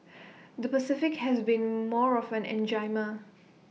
the Pacific has been more of an enigma